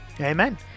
Amen